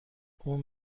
اون